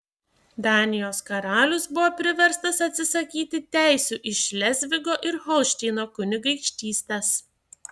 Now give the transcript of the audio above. danijos karalius buvo priverstas atsisakyti teisių į šlezvigo ir holšteino kunigaikštystes